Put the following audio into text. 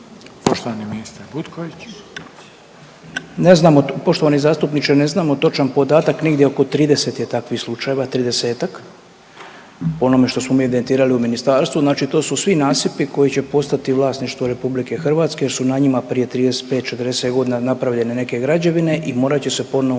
Poštovani ministar Butković.